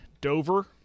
Dover